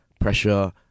pressure